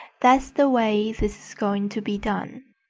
that's the way this is going to be done.